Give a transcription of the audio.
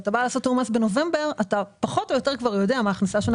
כשאתה בא לעשות תיאום מס בנובמבר,